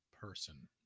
person